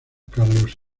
carlos